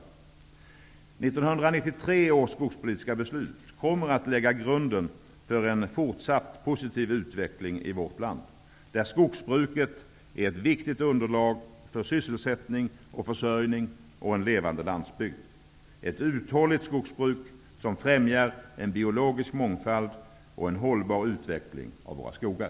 1993 års skogspolitiska beslut kommer att lägga grunden för en fortsatt positiv utveckling i vårt land, där skogsbruket är ett viktigt underlag för sysselsättning och försörjning och en levande landsbygd, ett uthålligt skogsbruk, som främjar en biologisk mångfald och en hållbar utveckling av våra skogar.